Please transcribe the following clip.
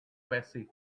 bessie